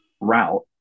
route